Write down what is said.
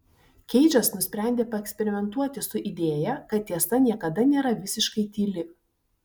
keidžas nusprendė paeksperimentuoti su idėja kad tiesa niekada nėra visiškai tyli